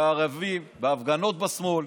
בערבים, בהפגנות בשמאל,